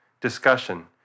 discussion